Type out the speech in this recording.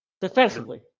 Defensively